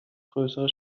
größere